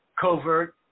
covert